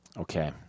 Okay